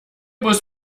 bus